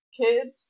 kids